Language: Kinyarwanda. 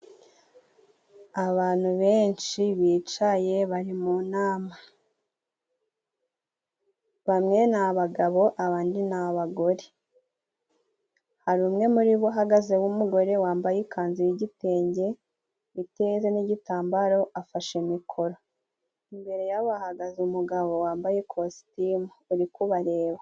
Abantu benshi bicaye bari mu nama, bamwe n'abagabo abandi n'abagore, hari umwe muri bo uhagaze w'umugore yambaye ikanzu yigitenge, witeze n'igitambaro afashe mikoro imbere yabo hahagaze umugabo wambaye ikositimu ari kubareba.